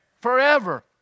forever